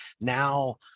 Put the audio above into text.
Now